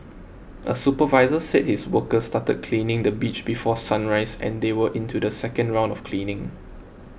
a supervisor said his workers started cleaning the beach before sunrise and they were into the second round of cleaning